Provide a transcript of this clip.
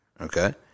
Okay